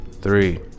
three